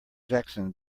jackson